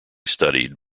studied